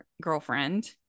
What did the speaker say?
girlfriend